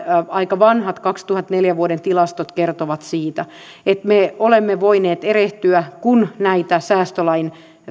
aika vanhat vuoden kaksituhattaneljä tilastot kertovat siitä että me olemme voineet erehtyä kun näitä säästölain